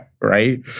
right